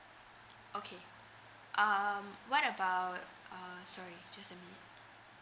okay um what about uh sorry just a minute